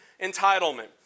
entitlement